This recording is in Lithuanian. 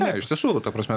ne iš tiesų ta prasme